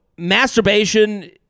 masturbation